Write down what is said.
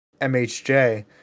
MHJ